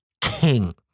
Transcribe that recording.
king